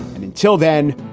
and until then,